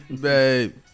Babe